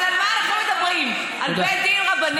אבל על מה אנחנו מדברים, על בית דין רבני?